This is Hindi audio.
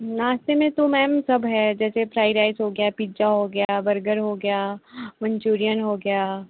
नाश्ते में तो मैम सब है जैसे फ्राई राइस हो गया पिज्जा हो गया बर्गर हो गया मंचूरियन हो गया